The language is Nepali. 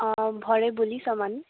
भरे भोलिसम्म